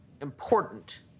important